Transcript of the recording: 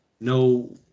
no